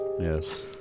Yes